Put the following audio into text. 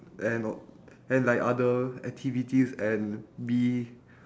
and all and like other activities and bee